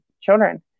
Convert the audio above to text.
children